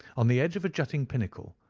on the edge of a jutting pinnacle,